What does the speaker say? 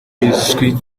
bizwi